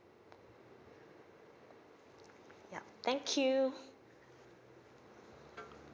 yup thank you